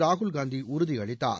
ராகுல் காந்தி உறுதியளித்தார்